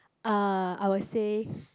uh I will say